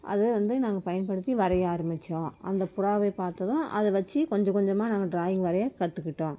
அது வந்து நாங்கள் பயன்படுத்தி வரைய ஆரம்மித்தோம் அந்த புறாவை பார்த்ததும் அதை வச்சு கொஞ்சம் கொஞ்சமாக நாங்கள் ட்ராயிங் வரைய கற்றுக்கிட்டோம்